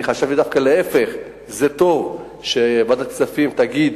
אני חשבתי דווקא להיפך: זה טוב שוועדת הכספים תגיד